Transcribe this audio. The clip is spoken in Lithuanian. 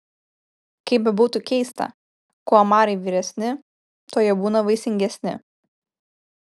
kaip bebūtų keista kuo omarai vyresni tuo jie būna vaisingesni